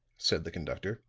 said the conductor,